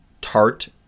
tart